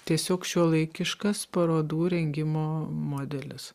tiesiog šiuolaikiškas parodų rengimo modelis